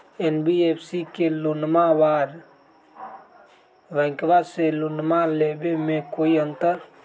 NBFC से लोनमा आर बैंकबा से लोनमा ले बे में कोइ अंतर?